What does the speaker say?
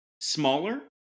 smaller